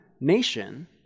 nation